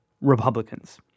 Republicans